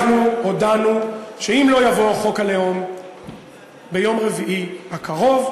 אנחנו הודענו שאם לא יבוא חוק הלאום ביום רביעי הקרוב,